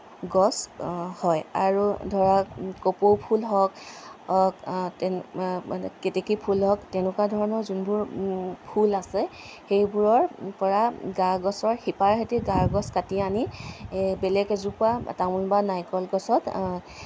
গছ হয় আৰু ধৰক কপৌ ফুল হওঁক মানে কেতেকী ফুল হওঁক তেনেকুৱা ধৰণৰ যোনবোৰ ফুল আছে সেইবোৰৰ পৰা গা গছৰ শিপাইহেতি গা গছ কাটি আনি এই বেলেগ এজোপা তামুল বা নাৰিকল গছত